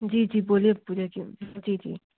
जी जी बोलिए पूजा जी जी जी